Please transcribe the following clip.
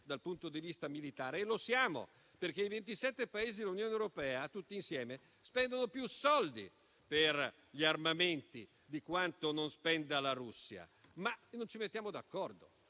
dal punto di vista militare e lo siamo, perché i ventisette Paesi dell'Unione europea, tutti insieme, spendono più soldi per gli armamenti di quanto non spenda la Russia, ma non ci mettiamo d'accordo.